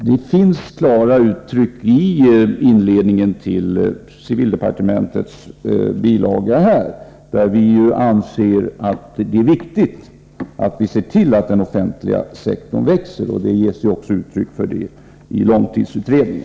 Det finns emellertid i inledningen till civildepartementets bilaga till budgetpropositionen klara uttryck för att vi anser att det är viktigt att se till att den offentliga sektorn växer. I långtidsutredningen ges också uttryck för detta.